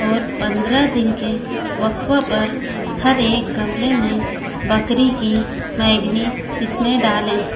اور پندرہ دن کے وقفے پر ہر ایک گملے میں بکری کی میگنی اس میں ڈالیں